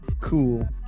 cool